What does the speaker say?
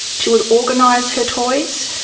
she would organise her toys,